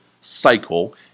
cycle